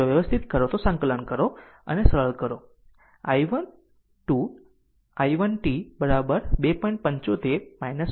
જો વ્યવસ્થિત કરો તો સંકલન કરો અને સરળ કરો I 1 2 i 1 t 2